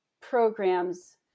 programs